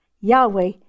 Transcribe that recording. Yahweh